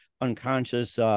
unconscious